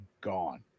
gone